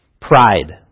Pride